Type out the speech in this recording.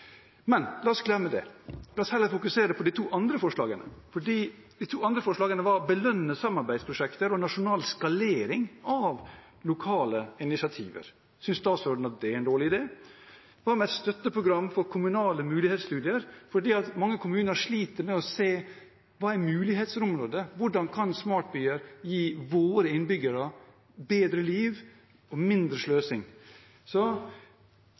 Men la oss glemme det. La oss heller fokusere på de to andre forslagene. De ene forslaget er å belønne samarbeidsprosjekter og nasjonal skalering av lokale initiativer. Synes statsråden at det er en dårlig idé? Hva med et støtteprogram for kommunale mulighetsstudier? Mange kommuner sliter med å se hva som er mulighetene for området. Hvordan kan smarte byer gi våre innbyggere et bedre liv og mindre sløsing?